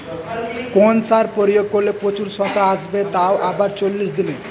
কোন সার প্রয়োগ করলে প্রচুর শশা আসবে তাও আবার চল্লিশ দিনে?